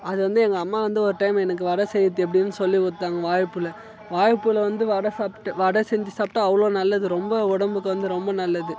அது வந்து எங்கள் அம்மா வந்து ஒரு டைம் எனக்கு வடை செய்கிறது எப்படின்னு சொல்லி கொடுத்தாங்க வாழைப்பூவில் வாழைப்பூவில் வந்து வடை சாப்பிட்டு வடை செஞ்சி சாப்பிட்டா அவ்வளோ நல்லது ரொம்ப உடம்புக்கு வந்து ரொம்ப நல்லது